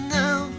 now